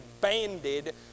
banded